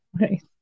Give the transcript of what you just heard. Right